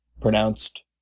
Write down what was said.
pronounced